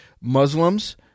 Muslims